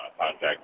contact